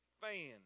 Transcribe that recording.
fan